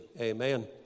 amen